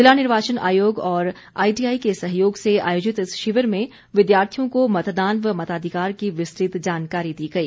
जिला निर्वाचन आयोग और आईटीआई के सहयोग से आयोजित इस शिविर में विद्यार्थियों को मतदान व मताधिकार की विस्तृत जानकारी दी गई